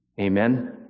Amen